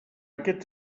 aquest